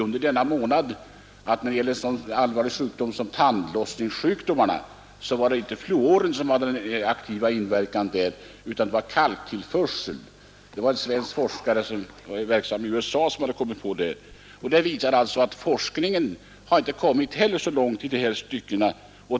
När det gäller en så allvarlig sjukdom som tandlossning såg jag i Aftonbladet för den 9 november att det inte var fluoren som hade den aktiva inverkan utan det var kalktillförseln. Det var en svensk forskare, verksam i USA, som kommit till detta resultat. Det visar att inte heller forskningen kommit så långt i dessa stycken.